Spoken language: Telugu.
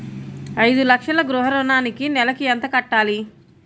ఐదు లక్షల గృహ ఋణానికి నెలకి ఎంత కట్టాలి?